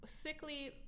Sickly